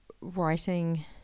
writing